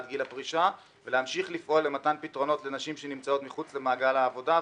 גיל הפרישה ולהמשיך לפעול למתן פתרונות לנשים שנמצאות מחוץ למעגל העבודה,